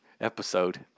episode